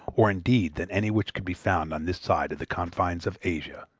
or indeed than any which could be found on this side of the confines of asia.